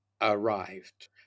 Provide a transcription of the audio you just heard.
arrived